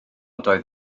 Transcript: doedd